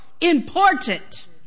important